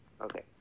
Okay